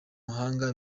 mahanga